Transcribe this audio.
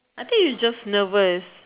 I think it's just nervous